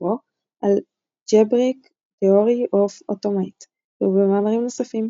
בספרו Algebraic Theory of Automata ובמאמרים נוספים.